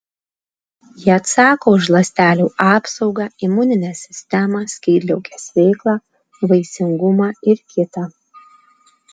jie atsako už ląstelių apsaugą imuninę sistemą skydliaukės veiklą vaisingumą ir kita